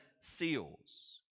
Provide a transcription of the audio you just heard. seals